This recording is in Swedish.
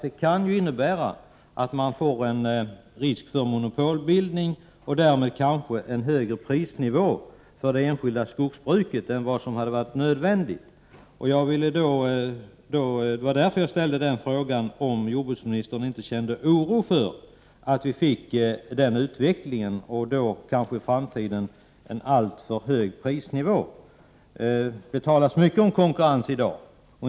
Det här innebär ju att det kan finnas en risk för monopol och därmed kanske också för en högre prisnivå när det gäller det enskilda skogsbruket än som är nödvändigt. Det är mot den bakgrunden som jag frågade om jordbruksministern inte känner oro för en utveckling av nämnda slag, som kanske medför en alltför hög prisnivå i framtiden. Det talas mycket om konkurrens i dag.